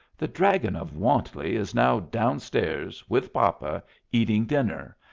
the dragon of wantley is now down-stairs with papa eating dinner,